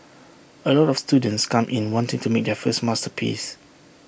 A lot of students come in wanting to make their first masterpiece